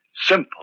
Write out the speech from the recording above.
Simple